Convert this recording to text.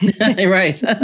Right